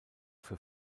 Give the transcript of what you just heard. für